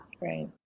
Right